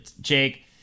Jake